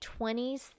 20s